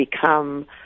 become